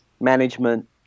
management